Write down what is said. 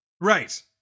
Right